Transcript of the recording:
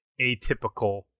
atypical